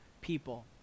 people